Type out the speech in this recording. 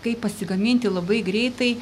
kaip pasigaminti labai greitai